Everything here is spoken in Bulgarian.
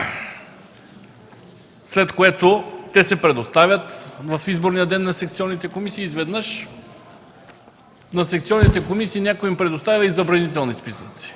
след което те се предоставят в изборния ден на секционните комисии. Изведнъж на секционните комисии някой им предоставя и забранителни списъци,